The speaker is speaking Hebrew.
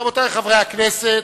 רבותי חברי הכנסת,